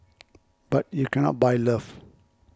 but you cannot buy love